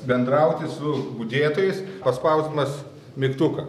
bendrauti su budėtojais paspausdamas mygtuką